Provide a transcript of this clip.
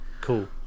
cool